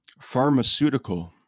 pharmaceutical